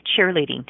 cheerleading